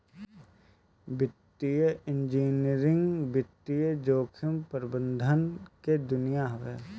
वित्तीय इंजीनियरिंग वित्तीय जोखिम प्रबंधन के दुनिया हवे